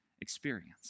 experience